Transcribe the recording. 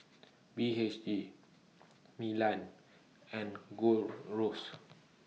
B H G Milan and Gold Roast